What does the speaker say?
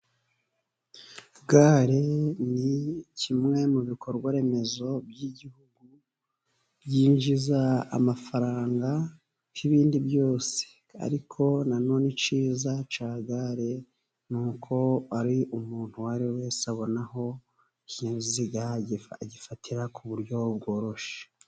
Gare ni kimwe mu bikorwa remezo by'igihugu, byinjiza amafaranga nk'ibindi byose. Ariko na none icyiza cya gare, nuko ari umuntu uwo ari we wese, abona aho ikinyabiziga agifatira ku buryo bworoshye.